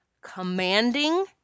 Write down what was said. commanding